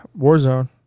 Warzone